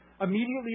immediately